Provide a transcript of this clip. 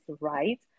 right